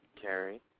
Carrie